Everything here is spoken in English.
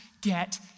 get